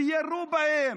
וירו בהם,